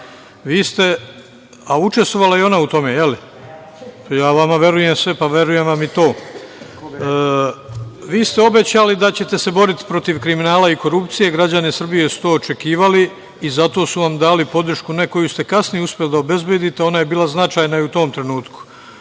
je li, učestvovala je i ona u tome? Ja vama verujem sve, pa verujem i to. Vi ste obećali da ćete se boriti protiv kriminala i korupcije, građani Srbije su to i očekivali i zato su vam dali podršku, ne koju ste kasnije uspeli da obezbedite, jer ona je bila značajna i u tom trenutku. Od